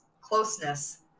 closeness